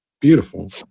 Beautiful